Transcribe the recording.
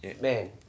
man